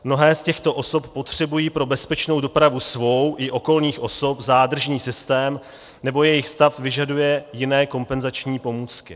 Mnohé z těchto osob potřebují pro bezpečnou dopravu svou i okolních osob zádržný systém, nebo jejich stav vyžaduje jiné kompenzační pomůcky.